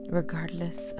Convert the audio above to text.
regardless